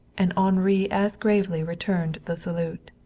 and henri as gravely returned the salute.